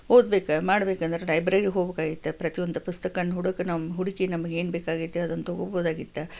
ಓದ್ಬೇಕು ಮಾಡಬೇಕಂದ್ರೆ ಲೈಬ್ರೆರಿ ಹೋಗ್ಬೇಕಾಗಿತ್ತ ಪ್ರತಿಯೊಂದು ಪುಸ್ತಕಾನ ಹುಡಕಿ ನಮ್ಮ ಹುಡುಕಿ ನಮಗೆ ಏನು ಬೇಕಾಗೈತಿ ಅದನ್ನ ತೊಗೊಬೌದಾಗಿತ್ತು